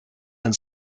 and